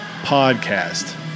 podcast